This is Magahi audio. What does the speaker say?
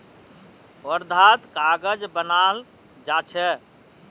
वर्धात कागज बनाल जा छे